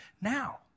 now